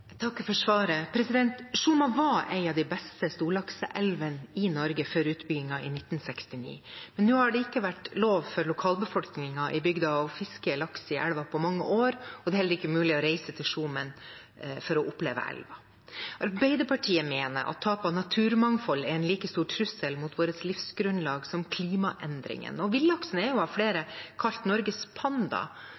var en av de beste storlakselvene i Norge før utbyggingen i 1969, men nå har det ikke vært lov for lokalbefolkningen i bygda å fiske laks i elva på mange år, og det er heller ikke mulig å reise til Skjomen for å oppleve elva. Arbeiderpartiet mener at tap av naturmangfold er en like stor trussel mot livsgrunnlaget vårt som klimaendringene. Villaksen er av flere kalt Norges panda. Norge har